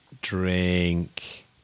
drink